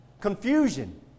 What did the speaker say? Confusion